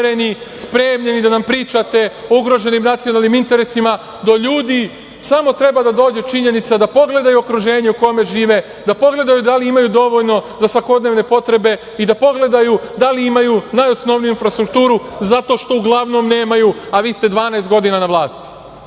tako samouvereni i spremni da nam pričate o ugroženim nacionalnim interesima, do ljudi samo treba da dođe činjenica da pogledaju okruženje u kome žive, da pogledaju da li imaju za svakodnevne potrebe, i da pogledaju da li imaju najosnovniju infrastrukturu zato što uglavnom nemaju, a vi ste 12 godina na vlasti.